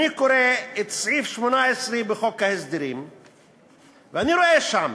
אני קורא את סעיף 18 בחוק ההסדרים ואני רואה שם: